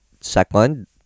second